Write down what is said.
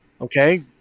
Okay